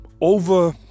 over